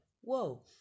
Whoa